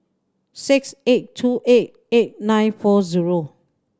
six eight two eight eight nine four zero